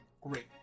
Great